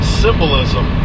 symbolism